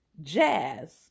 jazz